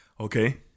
Okay